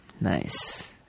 Nice